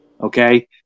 Okay